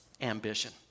ambition